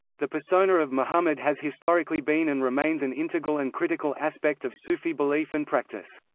the persona of muhammad has historically been and remains an integral and critical aspect of sufi belief and practice.